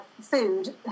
food